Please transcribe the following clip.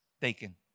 taken